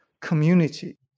community